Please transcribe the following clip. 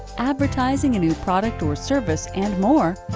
advertising a new product or service and more,